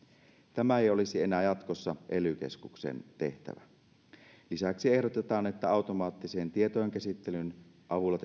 tämä ei olisi enää jatkossa ely keskuksen tehtävä lisäksi ehdotetaan että automaattisen tietojenkäsittelyn avulla